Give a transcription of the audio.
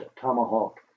tomahawk